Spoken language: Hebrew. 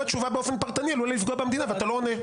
תשובה באופן פרטני עלולה לפגוע במדינה ואתה לא עונה.